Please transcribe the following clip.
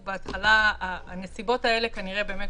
זו הייתה הערה של הרווחה כדי לוודא שבאמת